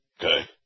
Okay